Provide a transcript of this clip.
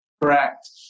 Correct